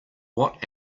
what